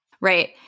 Right